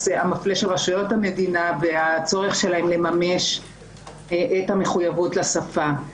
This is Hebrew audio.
המפלה של רשויות המדינה והצורך שלהם לממש את המחויבות לשפה.